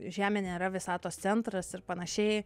žemė nėra visatos centras ir panašiai